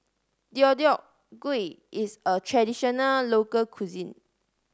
Deodeok Gui is a traditional local cuisine